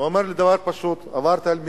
ואומר לי דבר פשוט: עברת על המהירות.